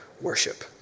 worship